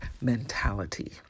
mentality